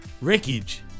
wreckage